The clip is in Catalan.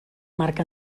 marc